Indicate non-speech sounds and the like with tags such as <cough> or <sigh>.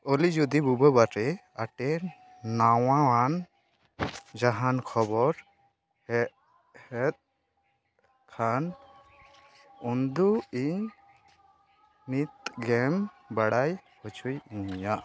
ᱚᱞᱤ ᱡᱩᱫᱤ ᱵᱩᱵᱟᱹ ᱵᱟᱨᱮ ᱟᱴᱮᱨ ᱱᱟᱣᱟᱭᱟᱱ ᱡᱟᱦᱟᱱ ᱠᱷᱚᱵᱚᱨ ᱦᱮᱡ <unintelligible> ᱠᱷᱟᱱ ᱩᱱᱫᱩ ᱤᱧ ᱱᱤᱛᱜᱮᱢ ᱵᱟᱲᱟᱭ ᱦᱚᱪᱚ ᱤᱧᱟᱹ